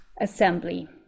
assembly